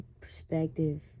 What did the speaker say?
perspective